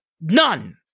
none